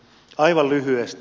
aivan lyhyesti